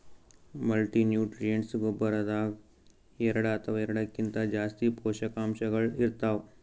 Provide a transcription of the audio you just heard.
multinutrients ಗೊಬ್ಬರದಾಗ್ ಎರಡ ಅಥವಾ ಎರಡಕ್ಕಿಂತಾ ಜಾಸ್ತಿ ಪೋಷಕಾಂಶಗಳ್ ಇರ್ತವ್